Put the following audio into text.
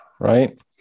right